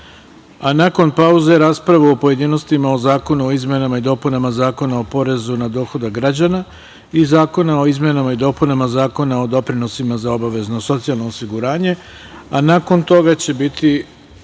a nakon pauze raspravu o pojedinostima o zakonu o izmenama i dopunama Zakona o porezu na dohodak građana i zakona o izmenama i dopunama Zakona o doprinosima za obavezno socijalno osiguranje, a nakon toga će biti